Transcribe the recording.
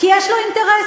כי יש לו אינטרסים.